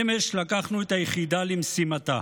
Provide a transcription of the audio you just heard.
אמש לקחנו את היחידה למשימתה.